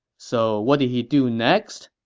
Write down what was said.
so what did he do next?